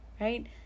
right